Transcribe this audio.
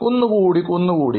കുന്നുകൂടി